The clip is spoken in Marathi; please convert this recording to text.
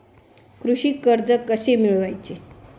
कृषी कर्ज कसे मिळवायचे?